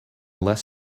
less